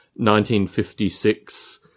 1956